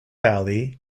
valley